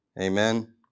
Amen